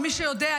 ומי שיודע,